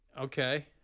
Okay